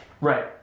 Right